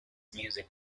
music